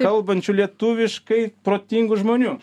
kalbančių lietuviškai protingų žmonių